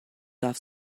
darf